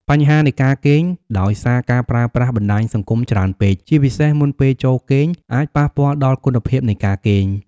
បញ្ហានៃការគេង ដោយសារការប្រើប្រាស់បណ្ដាញសង្គមច្រើនពេក ជាពិសេសមុនពេលចូលគេង អាចប៉ះពាល់ដល់គុណភាពនៃការគេង។